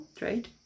Right